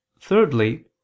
Thirdly